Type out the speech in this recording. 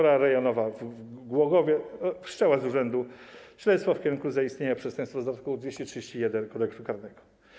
Rejonowa w Głogowie wszczęła z urzędu śledztwo w kierunku zaistnienia przestępstwa z art. 231 Kodeksu karnego.